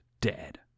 dead